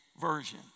Version